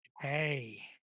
Hey